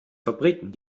fabriken